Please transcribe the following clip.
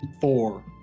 Four